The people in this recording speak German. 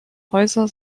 häuser